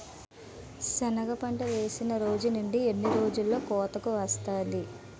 సెనగ పంట వేసిన రోజు నుండి ఎన్ని రోజుల్లో కోతకు వస్తాది?